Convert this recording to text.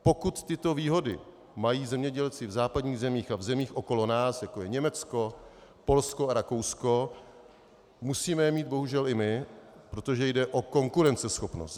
Pokud tyto výhody mají zemědělci v západních zemích a v zemích okolo nás, jako je Německo, Polsko a Rakousko, musíme je mít bohužel i my, protože jde o konkurenceschopnost zemědělství.